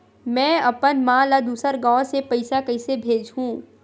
में अपन मा ला दुसर गांव से पईसा कइसे भेजहु?